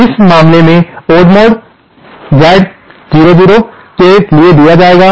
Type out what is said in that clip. इसलिए इस मामले में ओड मोड Z0 O के लिए दिया जाएगा